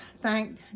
thank